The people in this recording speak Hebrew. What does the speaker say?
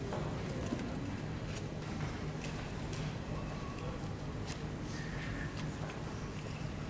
חבר הכנסת